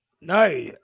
no